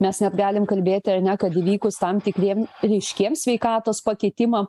mes net galim kalbėti ar ne kad įvykus tam tikriem ryškiem sveikatos pakitimam